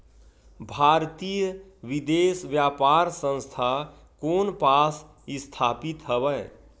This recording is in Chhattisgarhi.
भारतीय विदेश व्यापार संस्था कोन पास स्थापित हवएं?